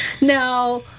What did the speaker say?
Now